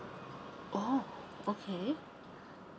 oh okay